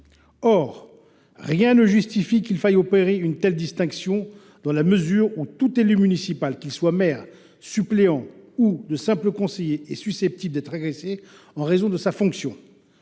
Rien ne justifie qu’il faille opérer une telle distinction, dans la mesure où tout élu municipal, qu’il soit maire, suppléant ou simple conseiller, est susceptible d’être agressé en raison de sa fonction.